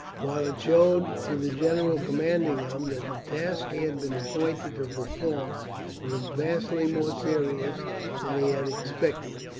while it showed to the general commanding them that the task he had been appointed to perform was vastly more serious than he had expected.